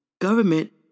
Government